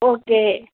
okay